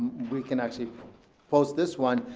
we can actually post this one,